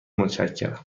متشکرم